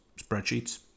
spreadsheets